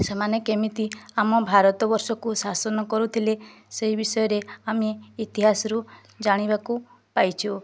ସେମାନେ କେମିତି ଆମ ଭାରତ ବର୍ଷକୁ ଶାସନ କରୁଥିଲେ ସେହି ବିଷୟରେ ଆମେ ଇତିହାସରୁ ଜାଣିବାକୁ ପାଇଛୁ